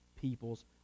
people's